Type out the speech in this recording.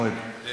אראל,